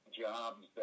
Jobs